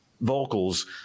vocals